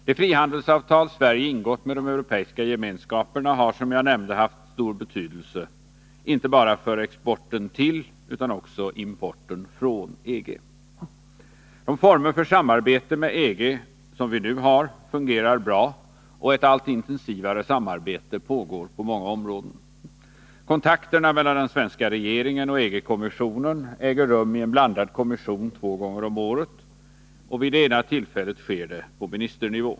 De frihandelsavtal Sverige ingått med de europeiska gemenskaperna har, som jag nämnde, haft stor betydelse för inte bara exporten till utan även importen från EG. De former för samarbete med EG som vi nu har fungerar bra, och ett allt intensivare samarbete pågår på många områden. Kontakterna mellan den svenska regeringen och EG-kommissionen äger rum i en blandad kommission två gånger om året. Vid det ena tillfället sker de på ministernivå.